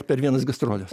per vienas gastroles